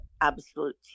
absolute